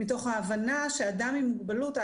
מתוך ההבנה שאדם עם מוגבלות,